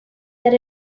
that